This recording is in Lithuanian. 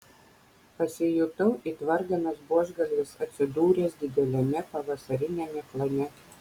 pasijutau it varganas buožgalvis atsidūręs dideliame pavasariniame klane